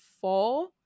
four